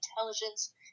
intelligence